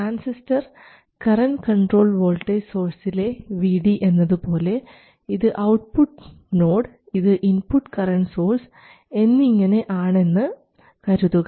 transistor current controlled voltage സോഴ്സിലെ Vd എന്നതുപോലെ ഇത് ഔട്ട്പുട്ട് നോഡ് ഇത് ഇൻപുട്ട് കറൻറ് സോഴ്സ് എന്നിങ്ങനെ ആണെന്ന് കരുതുക